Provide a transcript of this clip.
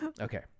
Okay